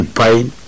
pine